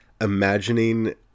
imagining